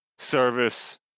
service